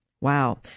Wow